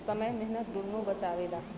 समय मेहनत दुन्नो बचावेला